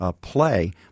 Play